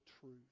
truth